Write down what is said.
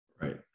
Right